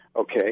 Okay